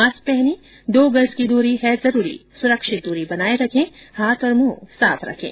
mask पहनें दो गज़ की दूरी है जरूरी सुरक्षित दूरी बनाए रखें हाथ और मुंह साफ रखें